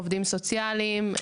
עובדים סוציאליים,